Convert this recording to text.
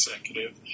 executive